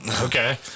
okay